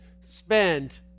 spend